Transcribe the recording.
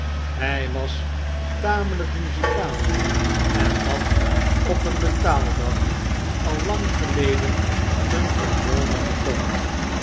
hy was tamelyk muzikaal en had op een betaaldag al lang geleden een trombone gekocht